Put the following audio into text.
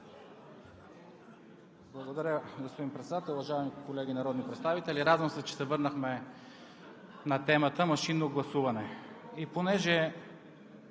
Благодаря, господин Председател. Уважаеми колеги народни представители! Радвам се, че се върнахме на темата „Машинно гласуване“. И понеже